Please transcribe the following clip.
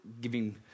giving